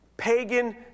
pagan